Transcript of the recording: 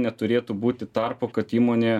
neturėtų būti tarpo kad įmonė